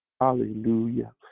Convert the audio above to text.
Hallelujah